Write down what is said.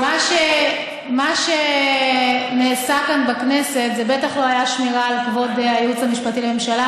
מה שנעשה כאן בכנסת זה בטח לא היה שמירה על כבוד הייעוץ המשפטי לממשלה,